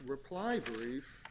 reply brief